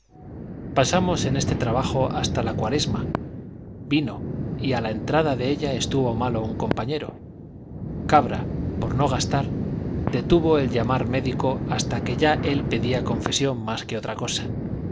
pasamos en este trabajo hasta la cuaresma vino y a la entrada de ella estuvo malo un compañero cabra por no gastar detuvo el llamar médico hasta que ya él pedía confesión más que otra cosa